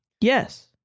Yes